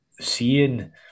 seeing